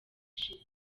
ishize